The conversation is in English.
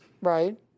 Right